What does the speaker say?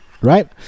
right